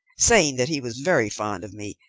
saying that he was very fond of me,